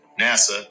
NASA